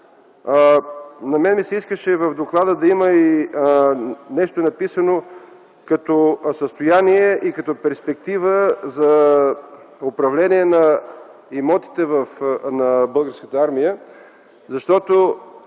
На мен ми се искаше в доклада да има нещо написано като състояние и перспектива за управление на имотите на Българската армия. Ако